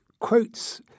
quotes